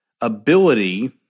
ability